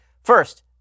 First